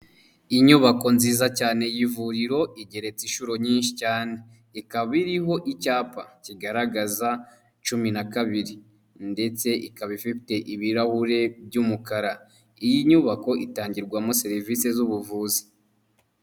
Inyubako nziza cyane y'ivuriro igereti inshuro nyinshi cyane ikaba iriho icyapa kigaragaza cumi na kabiri ndetse ikaba ifite ibirahure by'umukara iyi nyubako itangirwamo serivisi z'ubuvuzi.